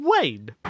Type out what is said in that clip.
Wayne